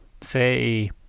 say